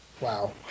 Wow